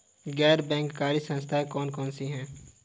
गैर बैंककारी संस्थाएँ कौन कौन सी हैं?